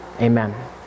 amen